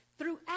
Throughout